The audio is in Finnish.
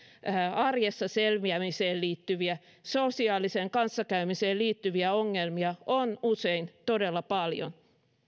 arjessa selviämiseen liittyviä ja sosiaaliseen kanssakäymiseen liittyviä ongelmia on usein todella paljon